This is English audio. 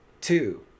two